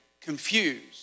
confused